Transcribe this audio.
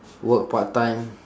work part-time